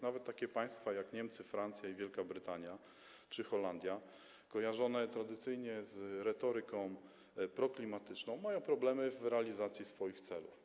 Nawet takie państwa jak Niemcy, Francja i Wielka Brytania czy Holandia, kojarzone tradycyjnie z retoryką proklimatyczną, mają problemy w realizacji swoich celów.